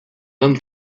homme